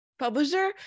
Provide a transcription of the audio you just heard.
publisher